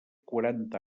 quaranta